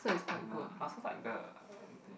uh I also like the